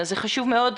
זה חשוב מאוד,